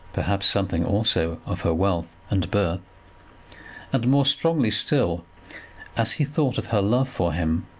perhaps something also of her wealth and birth and more strongly still as he thought of her love for him,